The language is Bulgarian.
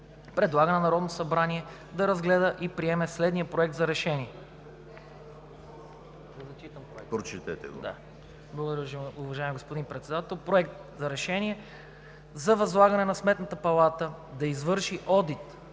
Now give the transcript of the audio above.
предлага на Народното събрание да разгледа и приеме следния „Проект! РЕШЕНИЕ за възлагане на Сметната палата да извърши одит